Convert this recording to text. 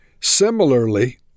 Similarly